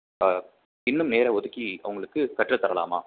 இன்னும் நேரம் ஒதுக்கி அவங்களுக்கு கற்றுத்தரலாமா